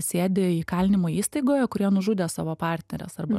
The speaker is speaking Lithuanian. sėdi įkalinimo įstaigoje kurie nužudė savo partneres arba